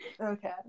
Okay